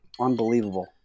Unbelievable